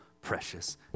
precious